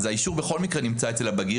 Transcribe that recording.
אז האישור בכל מקרה נמצא אצל הבגיר,